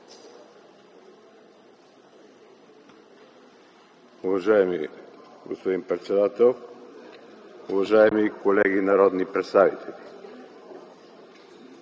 Уважаеми господин председател, уважаеми колеги народни представители,